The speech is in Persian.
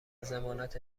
ضمانت